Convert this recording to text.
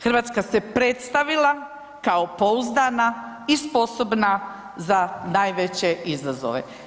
Hrvatska se predstavila kao pouzdana i sposobna za najveće izazove.